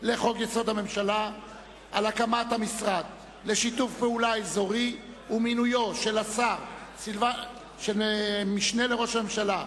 הממשלה על הקמת המשרד לשיתוף פעולה אזורי ומינויו של המשנה לראש הממשלה,